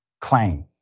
claim